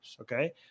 okay